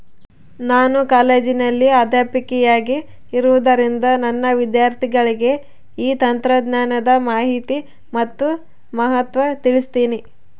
ನಾನು ಕಾಲೇಜಿನಲ್ಲಿ ಅಧ್ಯಾಪಕಿಯಾಗಿರುವುದರಿಂದ ನನ್ನ ವಿದ್ಯಾರ್ಥಿಗಳಿಗೆ ಈ ತಂತ್ರಜ್ಞಾನದ ಮಾಹಿನಿ ಮತ್ತು ಮಹತ್ವ ತಿಳ್ಸೀನಿ